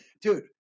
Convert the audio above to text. dude